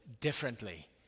differently